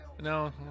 No